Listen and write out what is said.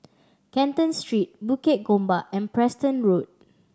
Canton Street Bukit Gombak and Preston Road